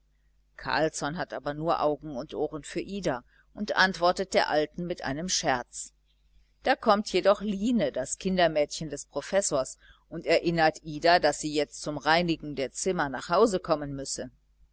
carlsson hat aber nur augen und ohren für ida und antwortet der alten mit einem scherz da kommt jedoch line das kindermädchen des professors und erinnert ida daß sie jetzt zum reinigen der zimmer nach hause kommen müsse